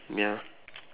ya